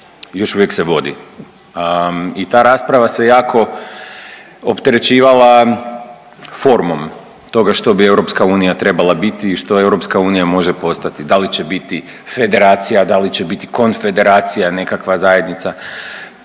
još uvijek se vodi i ta rasprava se jako opterećivala formom toga što bi EU trebala biti i što EU može postati, da li će biti federacija, da li će biti konfederacija, nekakva zajednica.